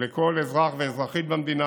לכל אזרח ואזרחית במדינה,